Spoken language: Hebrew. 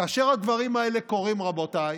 כאשר הדברים האלה קורים, רבותיי,